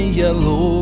yellow